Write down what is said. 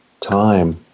time